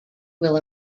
will